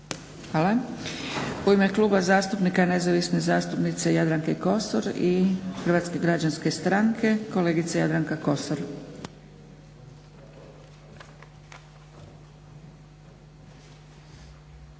Hvala. U ime Kluba zastupnika nezavisne zastupnice Jadranke Kosor i Hrvatske građanske stranke kolegica Jadranka Kosor.